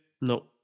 No